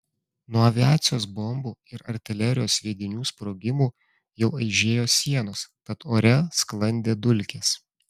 nuo aviacijos bombų ir artilerijos sviedinių sprogimų jau aižėjo sienos tad ore sklandė dulkės